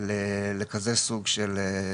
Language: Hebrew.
לכזה סוג של איחוד.